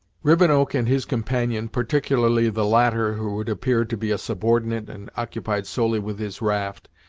rivenoak and his companion, particularly the latter who had appeared to be a subordinate and occupied solely with his raft,